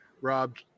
Rob